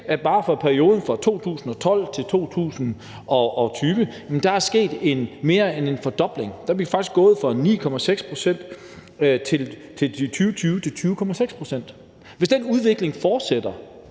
at bare for perioden 2012-2020, er der sket mere end en fordobling. Der er vi faktisk gået fra 9,6 pct. til 20,6 pct. i 2020. Hvis den udvikling fortsætter